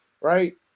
right